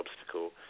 obstacle